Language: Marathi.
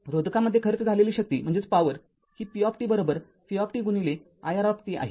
रोधकामध्ये खर्च झालेली शक्ती ही P v iR आहे